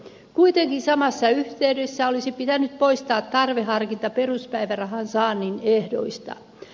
kuitenkin samassa yh teydessä olisi pitänyt poistaa tarveharkinta peruspäivärahan saannin ehdoista